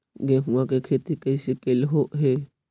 गेहूआ के खेती कैसे कैलहो हे?